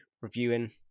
reviewing